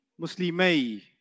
Muslimay